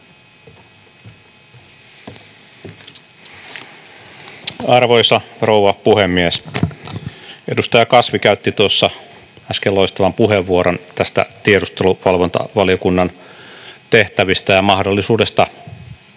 Arvoisa rouva puhemies! Edustaja Kasvi käytti tuossa äsken loistavan puheenvuoron tiedusteluvalvontavaliokunnan tehtävistä ja mahdollisuudesta